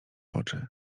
oczy